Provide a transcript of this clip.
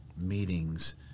meetings